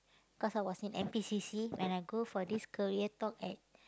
cause I was in N_P_C_C when I go for this career talk at